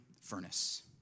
furnace